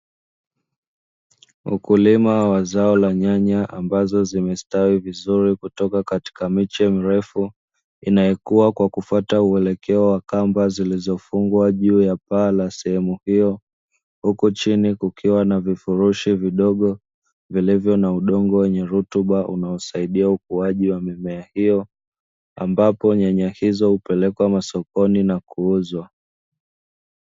Ukulima wa zao la nyanya ambazo zimestawi vizuri kutoka katika miche mirefu, inayokuwa kwa kufuata uelekeo wa kamba zilizofungwa juu ya paa la sehemu hiyo huko chini kukiwa na vifurushi vidogo vilivyo na udongo wenye rutuba unaosaidia ukuaji wa mimea hiyo ambapo nyanya hizo hupelekwa masokoni na kuuzwa.